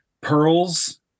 Pearls